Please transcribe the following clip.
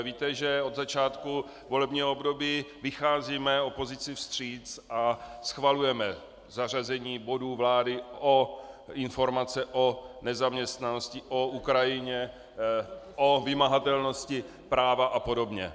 Víte, že od začátku volebního období vycházíme opozici vstříc a schvalujeme zařazení bodů vlády, informace o nezaměstnanosti, o Ukrajině, o vymahatelnosti práva apod.